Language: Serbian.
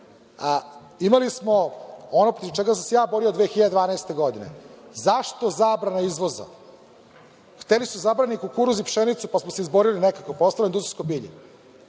red. Imali smo ono protiv čega sam se ja borio 2012. godine. Zašto zabrana izvoza? Hteli su da zabrane kukuruz i pšenicu, pa smo se izborili nekako, pa ostalo industrijsko bilje.